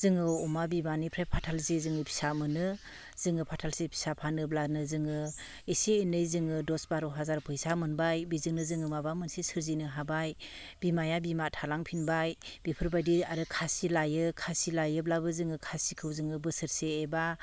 जोङो अमा बिमाफ्राय फाथालसे जोंनि फिसा मोनो जोङो फाथालसे फिसा फानोब्लानो जोङो एसे एनै जोङो दस बार' हाजार फैसा मोनबाय बेजोंनो जोङो माबा मोनसे सोरजिनो हाबाय बिमाया बिमा थालांफिनबाय बेफोरबायदि आरो खासि लायो खासि लायोब्लाबो जोङो खासिखौ जोङो बोसोरसे एबा